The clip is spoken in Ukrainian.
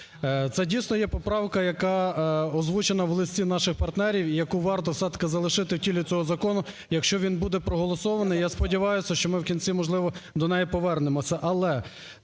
Це, дійсно, є поправка, яка озвучена в листі наших партнерів і яку варто все-таки залишити в тілі цього закону, якщо він буде проголосований. Я сподіваюся, що ми в кінці, можливо, до неї повернемося. Але